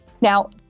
Now